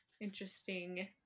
interesting